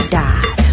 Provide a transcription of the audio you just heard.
die